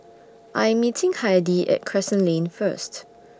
I Am meeting Heidi At Crescent Lane First